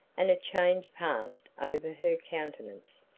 and a change passed over her countenance.